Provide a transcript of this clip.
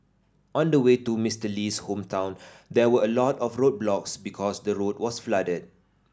on the way to Mister Lee's hometown there were a lot of roadblocks because the road was flooded